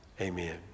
amen